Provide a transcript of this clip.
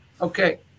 Okay